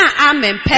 amen